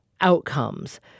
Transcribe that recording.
outcomes